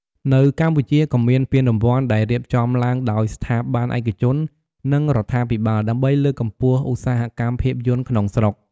នៅកម្ពុជា ក៏មានពានរង្វាន់ដែលរៀបចំឡើងដោយស្ថាប័នឯកជន និងរដ្ឋាភិបាល ដើម្បីលើកកម្ពស់ឧស្សាហកម្មភាពយន្តក្នុងស្រុក។